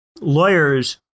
lawyers